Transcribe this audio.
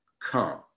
come